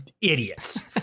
idiots